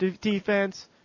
defense